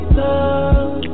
love